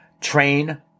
train